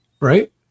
right